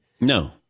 No